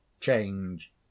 change